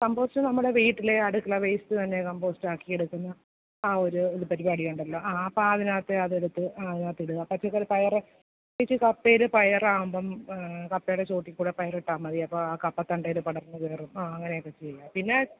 compost നമ്മുടെ വീട്ടിലെ അടുക്കള വെയിസ്റ്റ് തന്നെ കമ്പോസ്റ്റാക്കി എടുക്കുന്ന ആ ഒരു പരിപാടിയുണ്ടല്ലോ ആ അപ്പം അതിനകത്ത് അതെടുത്ത് അതിനകത്തിടുക പച്ചക്കറി പയർ കപ്പയിൽ പയറാകുമ്പം കപ്പയുടെ ചുവട്ടിൽ കൂടെ പയറിട്ടാൽ മതി അപ്പോൾ ആ കപ്പത്തണ്ടേൽ പടർന്ന് കയറും ആ അങ്ങനെയൊക്കെ ചെയ്യുക പിന്നെ